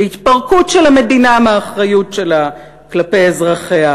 להתפרקות של המדינה מהאחריות שלה כלפי אזרחיה